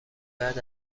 بعد